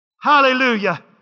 Hallelujah